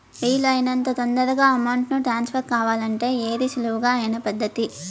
వీలు అయినంత తొందరగా అమౌంట్ ను ట్రాన్స్ఫర్ కావాలంటే ఏది సులువు అయిన పద్దతి